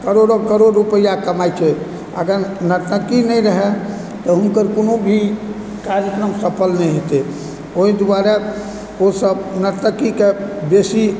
करोड़ो करोड़ रुपैआ कमाए छै अगर नर्तकी नहि रहे तऽ हुनकर कोनो भी कार्यक्रम सफल नहि हेतय ओहि दुआरे ओसभ नर्तकीके बेसी